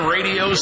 Radio